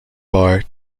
bar